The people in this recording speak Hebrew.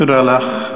תודה לך.